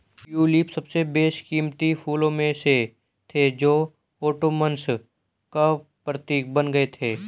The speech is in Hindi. ट्यूलिप सबसे बेशकीमती फूलों में से थे जो ओटोमन्स का प्रतीक बन गए थे